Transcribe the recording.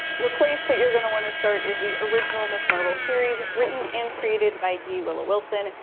the place that you're gonna want to start is the original ms marvel series, written and created by g. willow wilson.